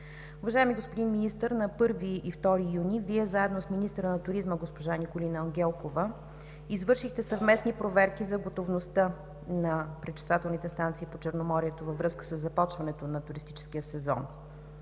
Уважаеми господин Министър, на 1 и 2 юни Вие заедно с министъра на туризма госпожа Николина Ангелкова извършихте съвместни проверки за готовността на пречиствателните станции по Черноморието във връзка със започването на туристическия сезон.